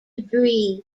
debris